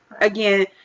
Again